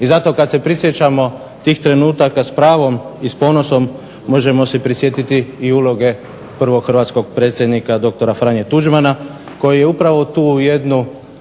I zato kad se prisjećamo tih trenutaka s pravom i s ponosom možemo se prisjetiti i uloge prvog hrvatskog predsjednika dr. Franje Tuđmana koji je upravo tu jednu